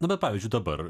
dabar pavyzdžiui dabar